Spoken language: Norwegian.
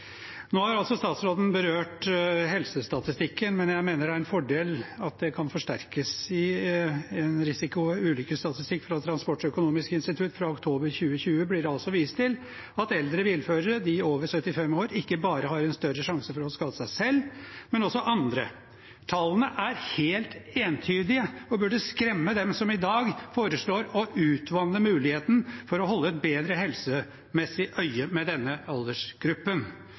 Nå har statsråden berørt helsestatistikken, men jeg mener det er en fordel at det kan forsterkes. I en risiko- og ulykkesstatistikk fra Transportøkonomisk institutt fra oktober 2020 blir det vist til at eldre bilførere, de over 75 år, ikke bare har en større sjanse for å skade seg selv, men også andre. Tallene er helt entydige og burde skremme dem som i dag foreslår å utvanne muligheten for å holde et bedre helsemessig øye med denne aldersgruppen.